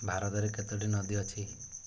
ଭାରତରେ କେତୋଟି ନଦୀ ଅଛି